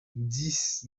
dix